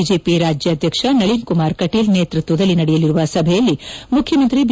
BJP ರಾಜ್ಯಾಧ್ಯಕ್ಷ ನಳೀನ್ ಕುಮಾರ್ ಕಟೀಲ್ ನೇತ್ಪತ್ಲದಲ್ಲಿ ನಡೆಯಲಿರುವ ಸಭೆಯಲ್ಲಿ ಮುಖ್ಯಮಂತ್ರಿ ಬಿ